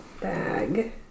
bag